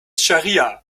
shariah